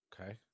Okay